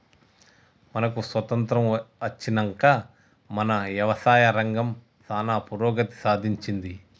మనకు స్వాతంత్య్రం అచ్చినంక మన యవసాయ రంగం సానా పురోగతి సాధించింది